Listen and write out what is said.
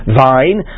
vine